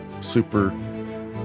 super